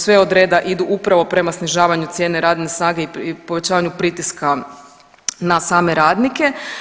Sve od reda idu upravo prema snižavanju cijene radne snage i povećavanju pritiska na same radnike.